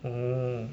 oh